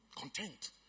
content